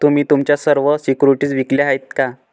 तुम्ही तुमच्या सर्व सिक्युरिटीज विकल्या आहेत का?